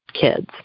kids